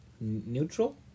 neutral